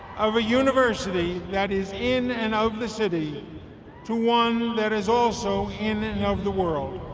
of a university that is in and of the city to one that is also in and of the world.